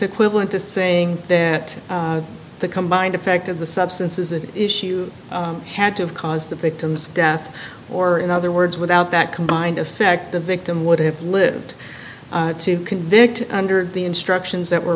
equivalent to saying that the combined effect of the substance is an issue had to have caused the victims death or in other words without that combined effect the victim would have lived to convict under the instructions that were